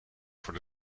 voor